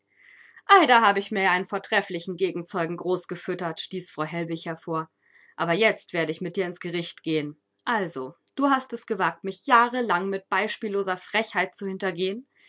da habe ich mir ja einen vortrefflichen gegenzeugen großgefüttert stieß frau hellwig hervor aber jetzt werde ich mit dir ins gericht gehen also du hast es gewagt mich jahrelang mit beispielloser frechheit zu hintergehen